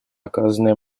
оказанное